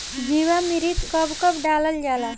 जीवामृत कब कब डालल जाला?